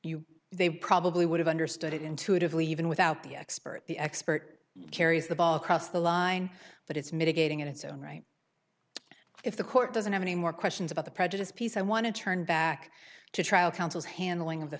you they probably would have understood it intuitively even without the expert the expert carries the ball across the line but it's mitigating in its own right if the court doesn't have any more questions about the prejudiced piece i want to turn back to trial counsel's handling of the